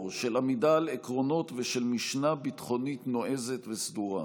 של עמידה על עקרונות ושל משנה ביטחונית נועזת וסדורה.